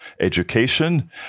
education